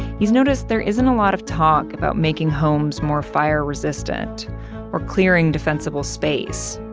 he's noticed there isn't a lot of talk about making homes more fire-resistant or clearing defensible space.